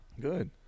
Good